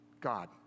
God